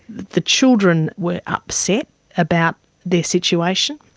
the children were upset about their situation.